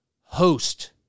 host